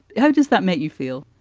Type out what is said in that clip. how does that make you feel?